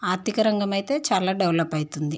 ఆర్థిక రంగమైతే చాలా డెవలప్ అవుతుంది